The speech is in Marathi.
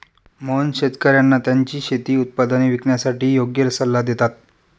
मोहन शेतकर्यांना त्यांची शेती उत्पादने विकण्यासाठी योग्य सल्ला देतात